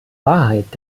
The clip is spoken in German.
wahrheit